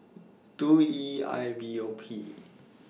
two E I V O P